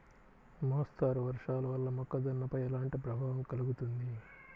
మోస్తరు వర్షాలు వల్ల మొక్కజొన్నపై ఎలాంటి ప్రభావం కలుగుతుంది?